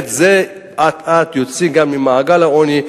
זה אט-אט יוציא ממעגל העוני,